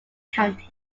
county